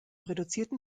reduzierten